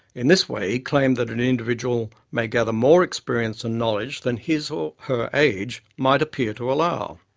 in this way, he claimed that an individual may gather more experience and knowledge than his or her age might appear to allow,